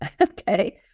Okay